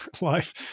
life